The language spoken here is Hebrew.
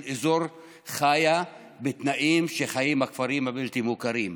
אזור חיה בתנאים של הכפרים הבלתי-מוכרים,